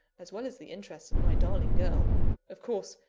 as well as the interests of my darling girl of course,